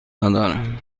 ندارم